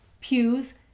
pews